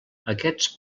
aquests